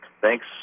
Thanks